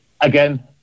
again